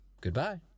Goodbye